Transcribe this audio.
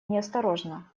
неосторожно